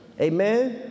Amen